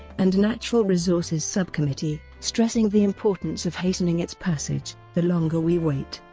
and natural resources subcommittee, stressing the importance of hastening its passage the longer we wait,